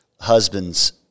husbands